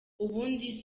ubundi